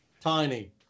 tiny